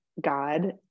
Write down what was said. God